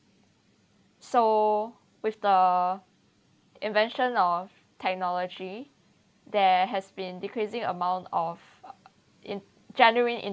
so with the invention of technology there has been decreasing amount of in generating